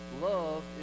Love